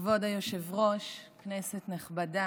כבוד היושב-ראש, כנסת נכבדה,